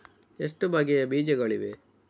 ಎಷ್ಟು ಬಗೆಯ ಬೀಜಗಳಿವೆ?